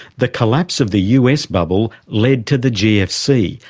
the collapse of the us bubble led to the gfc,